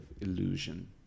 illusion